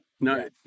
No